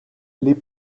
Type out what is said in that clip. les